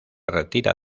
retira